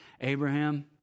Abraham